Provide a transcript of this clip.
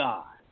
God